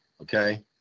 Okay